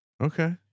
Okay